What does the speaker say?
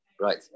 right